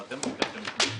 התנגדנו.